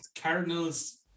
Cardinals